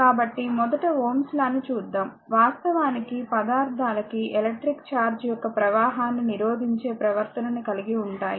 కాబట్టి మొదట Ω's law ని చూద్దాం వాస్తవానికి పదార్థాల కి ఎలక్ట్రిక్ చార్జ్ యొక్క ప్రవాహాన్ని నిరోధించే ప్రవర్తనను కలిగి ఉంటాయి